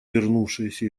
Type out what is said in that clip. вернувшаяся